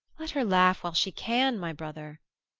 let her laugh while she can, my brother.